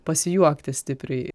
pasijuokti stipriai